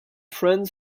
friends